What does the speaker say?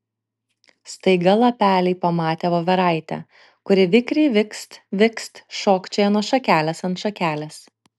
staiga lapeliai pamatė voveraitę kuri vikriai vikst vikst šokčioja nuo šakelės ant šakelės